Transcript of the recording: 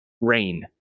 rain